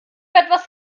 etwas